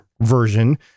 version